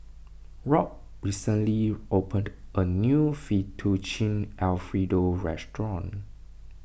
Rob recently opened a new Fettuccine Alfredo restaurant